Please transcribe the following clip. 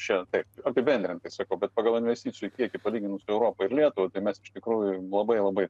čia taip apibendrintai sakau bet pagal investicijų kiekį palyginus europą ir lietuvą tai mes iš tikrųjų labai labai